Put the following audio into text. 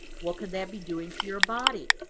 what could that be doing to your body.